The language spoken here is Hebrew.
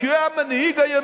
כי הוא היה מנהיג הימין.